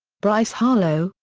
bryce harlow,